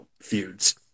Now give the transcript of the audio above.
feuds